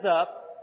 up